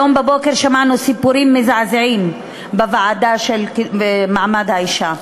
היום בבוקר שמענו סיפורים מזעזעים בוועדה למעמד האישה.